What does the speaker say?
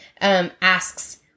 asks